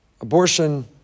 abortion